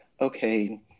okay